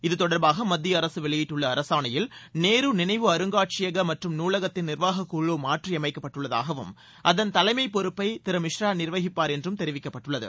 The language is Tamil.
இதுதொடர்பாக மத்திய அரசு வெளியிட்டுள்ள அரசாணையில் நேரு நினைவு அருங்காட்சியக மற்றும் நூலகத்தின் நிர்வாகக்குழு மாற்றியமைக்கப்பட்டு உள்ளதாகவும் அதன் தலைமை பொறுப்பை திரு மிஸ்ரா நிர்வகிப்பார் என்றும் தெரிவிக்கப்பட்டுள்ளது